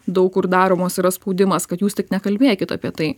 daug kur daromos yra spaudimas kad jūs tik nekalbėkit apie tai